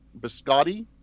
biscotti